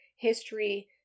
History